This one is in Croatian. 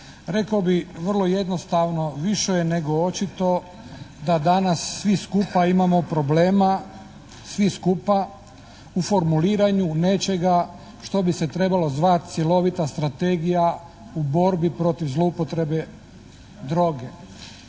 Rekao bih vrlo jednostavno, više je nego očito da danas svi skupa imamo problema, svi skupa u formuliranju nečega što bi se trebalo zvati cjelovita strategija u borbi protiv zloupotrebe droge.